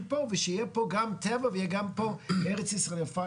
פה ושיהיה פה גם טבע וגם ארץ ישראל היפה,